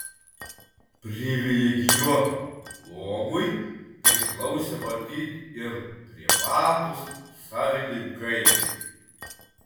privilegijuotam luomui priklausė matyt ir privatūs savininkai